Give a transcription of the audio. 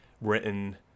written